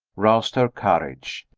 roused her courage.